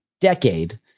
decade